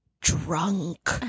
drunk